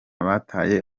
bataye